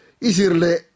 Isirle